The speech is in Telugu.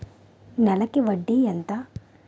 నెలకి వడ్డీ ఎంత?